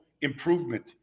improvement